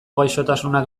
gaixotasunak